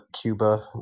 Cuba